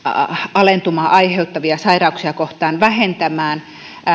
alentumaa aiheuttavia sairauksia kohtaan vähentämään